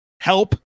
help